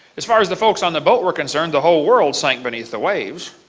as far as the folks on the boat were concerned, the whole world sank beneath the waves.